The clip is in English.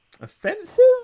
offensive